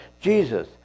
Jesus